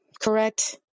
correct